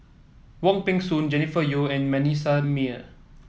Wong Peng Soon Jennifer Yeo and Manasseh Meyer